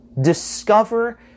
Discover